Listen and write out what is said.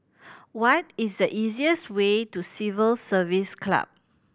what is the easiest way to Civil Service Club